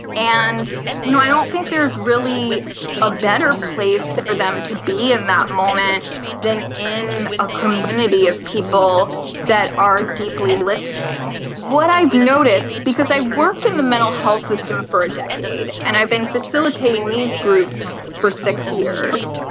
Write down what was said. and you know i don't think there's really a better place for them to be in that moment than in a community of people that are deeply listening. what i've noticed, because i've worked in the mental health system for a decade and i've been facilitating these groups for six years,